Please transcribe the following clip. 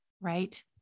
Right